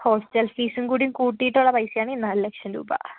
hostel ഫീസും കൂടി കൂട്ടിയിട്ടുള്ള പൈസയാണ് നാല് ലക്ഷം രൂപ